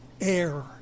air